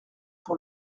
pour